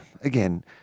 again